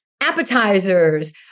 appetizers